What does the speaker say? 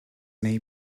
may